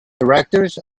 directors